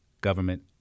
government